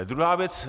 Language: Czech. Druhá věc.